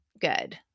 good